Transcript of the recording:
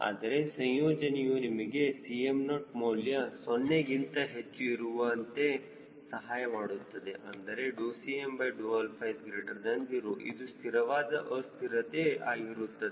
ಆದರೆ ಸಂಯೋಜನೆಯು ನಿಮಗೆ Cm0 ಮೌಲ್ಯ 0 ಗಿಂತ ಹೆಚ್ಚು ಇರುವಂತೆ ಸಹಾಯ ಮಾಡುತ್ತದೆ ಅಂದರೆ Cm0 ಇದು ಸ್ಥಿರವಾದ ಅಸ್ಥಿರತೆ ಆಗಿರುತ್ತದೆ